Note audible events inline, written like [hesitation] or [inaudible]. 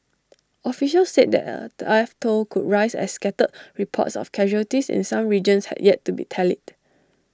officials said the [hesitation] death toll could rise as scattered reports of casualties in some regions had yet to be tallied